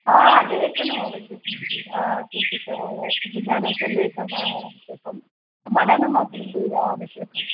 लेखनम् आवश्यकम् किञ्चित् विज्ञानस्य लेखम् आवश्यकम् मननमपि आवश्यकम्